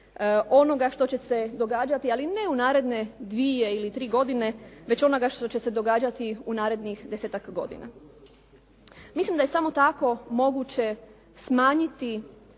onoga što će se događati ali ne u naredne dvije ili tri godine, već onoga što će se događati u narednih desetak godina. Mislim da je samo tako moguće smanjiti